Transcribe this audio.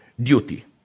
duty